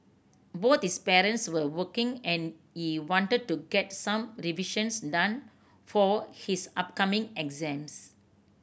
both his parents were working and he wanted to get some revision done for his upcoming exams